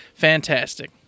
fantastic